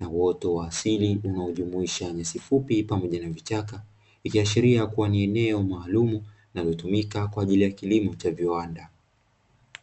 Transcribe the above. na uoto wa asili unaojumuisha nyasi ifupi pamoja na vichaka, ikiashiria kuwa ni eneo maalumu linalotumika kwa ajili ya kilimo cha viwanda.